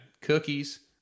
Cookies